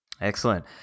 excellent